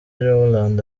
rowland